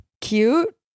cute